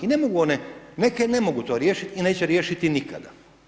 I ne mogu one, neke ne mogu to riješiti i neće riješiti nikada.